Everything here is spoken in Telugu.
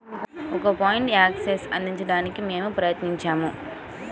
ఒకే పాయింట్ యాక్సెస్ను అందించడానికి మేము ప్రయత్నించాము